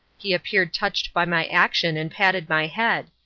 he appeared touched by my action and patted my head,